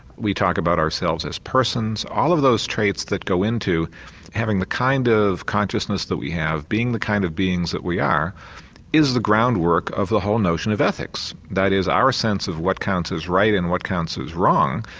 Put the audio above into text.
we talk about ourselves as persons, all of those traits that go into having the kind of consciousness that we have, being the kind of beings that we are is the groundwork of the whole notion of ethics. that is our sense of what counts as right and what counts as wrong,